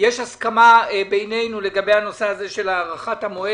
יש הסכמה בינינו לגבי הנושא של הארכת המועד,